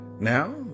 Now